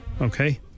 Okay